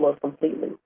completely